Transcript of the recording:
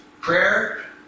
Prayer